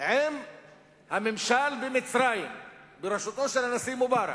עם הממשל במצרים בראשותו של הנשיא מובארק,